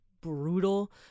brutal